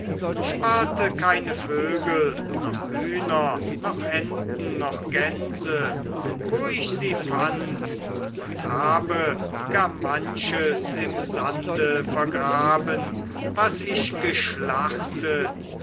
sparte keine vögel noch hühner noch enten noch gänse wo ich sie fand und habe gar manches im sande vergraben was ich geschlachtet